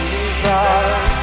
Jesus